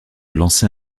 lancer